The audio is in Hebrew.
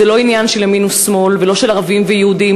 זה לא עניין של ימין ושמאל ולא של ערבים ויהודים.